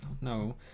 no